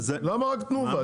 למה רק תנובה?